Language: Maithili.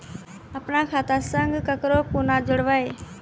अपन खाता संग ककरो कूना जोडवै?